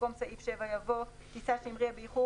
במקום סעיף 7 יבוא טיסה שהמריאה באיחור